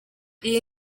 iyo